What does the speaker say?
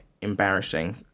embarrassing